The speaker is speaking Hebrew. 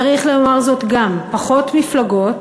צריך לומר גם זאת: פחות מפלגות,